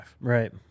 Right